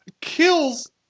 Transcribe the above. Kills